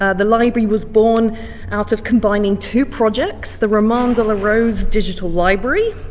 ah the library was born out of combining two projects, the roman de la rose digital library,